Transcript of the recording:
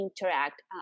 interact